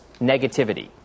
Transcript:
negativity